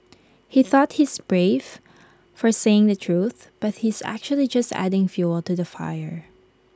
he thought he's brave for saying the truth but he's actually just adding fuel to the fire